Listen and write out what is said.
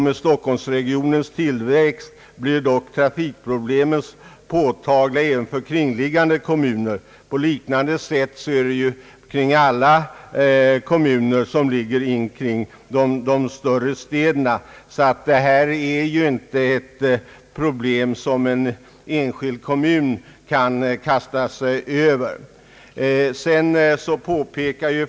Med stockholmsregionens tillväxt blir trafikproblemen påtagliga även för kringliggande kommuner, och på liknande sätt är det för andra kommuner som är belägna intill de större städerna. Detta är alltså inte ett problem som en enskild kommun kan kasta sig över.